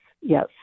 yes